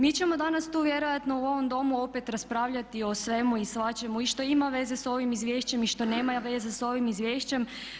Mi ćemo danas tu vjerojatno u ovom Domu opet raspravljati o svemu i svačemu i što ima veze s ovim izvješćem i što nema veze s ovim izvješćem.